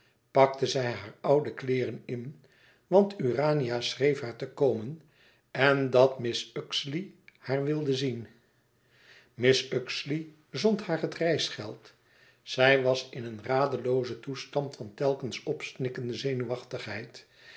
pakte zij haar oude kleêren in want urania schreef haar te komen en dat mrs uxeley haar wilde zien mrs uxeley zond haar het reisgeld zij was in een radeloozen toestand van telkens opsnikkende zenuwachtigheid